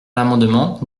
l’amendement